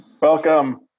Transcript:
Welcome